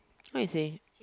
I think